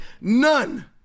None